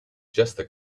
just